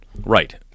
Right